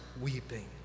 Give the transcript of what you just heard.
weeping